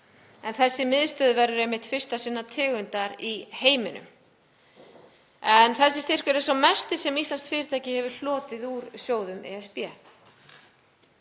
en þessi miðstöð verður einmitt sú fyrsta sinnar tegundar í heiminum. Þessi styrkur er sá hæsti sem íslenskt fyrirtæki hefur hlotið úr sjóðum ESB.